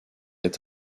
est